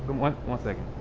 and one one second.